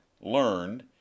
learned